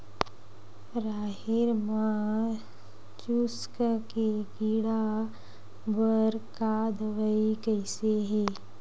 राहेर म चुस्क के कीड़ा बर का दवाई कइसे ही?